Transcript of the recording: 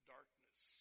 darkness